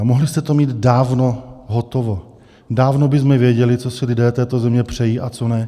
Mohli jste to mít dávno hotové, dávno bychom věděli, co si lidé této země přejí a co ne.